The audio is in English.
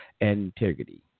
Integrity